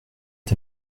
est